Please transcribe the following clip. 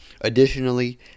Additionally